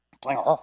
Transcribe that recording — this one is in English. Playing